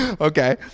Okay